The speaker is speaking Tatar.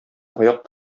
аяк